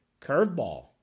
curveball